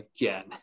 again